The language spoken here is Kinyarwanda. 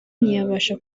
ntiyabasha